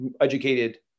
educated